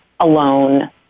Alone